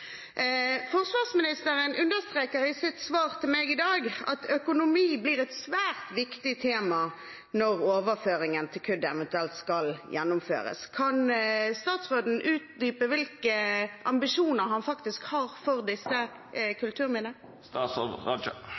Forsvarsministeren understreket i sitt svar til meg i dag at økonomi blir et svært viktig tema når overføringen til KUD eventuelt skal gjennomføres. Kan statsråden utdype hvilke ambisjoner han faktisk har for disse kulturminnene? Statsård Abid Raja